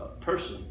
person